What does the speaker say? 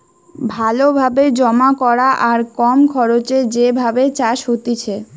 ভালো ভাবে জমা করা আর কম খরচে যে ভাবে চাষ হতিছে